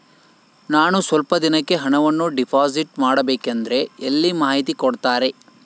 ನಾನು ಸ್ವಲ್ಪ ದಿನಕ್ಕೆ ಹಣವನ್ನು ಡಿಪಾಸಿಟ್ ಮಾಡಬೇಕಂದ್ರೆ ಎಲ್ಲಿ ಮಾಹಿತಿ ಕೊಡ್ತಾರೆ?